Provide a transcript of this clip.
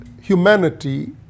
humanity